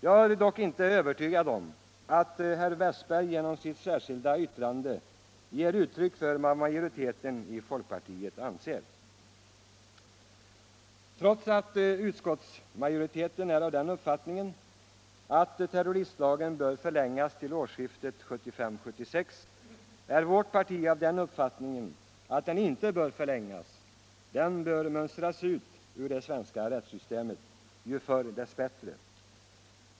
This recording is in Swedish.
Jag är dock inte övertygad om att herr Westberg i Ljusdal genom sitt särskilda yttrande ger uttryck för vad majoriteten i folkpartiet anser. Utskottets majoritet menar att terroristlagen bör förlängas till årsskiftet 1975-1976. Vårt parti däremot är av den uppfattningen att den inte bör förlängas. Den bör mönstras ut ur det svenska rättssystemet, ju förr dess bättre.